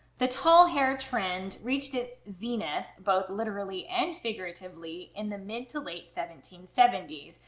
the tall hair trend reached its zenith both literally and figuratively in the mid to late seventeen seventy s,